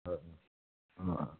हजुर